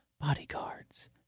bodyguards